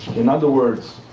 in other words,